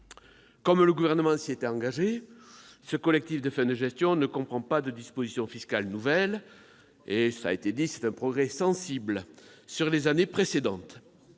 comme le Gouvernement s'y était engagé, ce collectif de fin de gestion ne comprend pas de dispositions fiscales nouvelles. C'est un progrès sensible par rapport aux années précédentes,